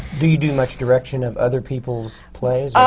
do you do much direction of other people's plays